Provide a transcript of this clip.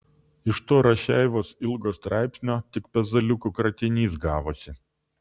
iš to rašeivos ilgo straipsnio tik pezaliukų kratinys gavosi